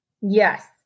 Yes